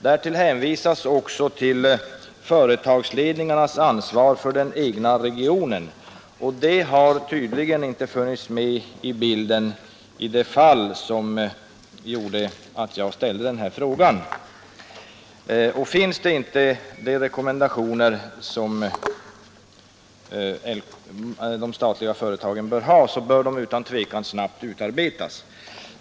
Därtill hänvisas också till företagsledningarnas ansvar för den egna regionen, men det har tydligen inte funnits med i bilden i det fall som gjorde att jag ställde denna fråga. Finns det inte erforderliga rekommendationer för de statliga företagen bör sådana utan tvekan snabbt utarbetas.